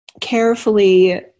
carefully